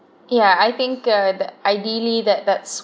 yeah I think uh that ideally that that's